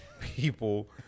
people